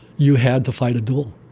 you had to fight a duel,